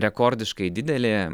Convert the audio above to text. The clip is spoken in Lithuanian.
rekordiškai didelė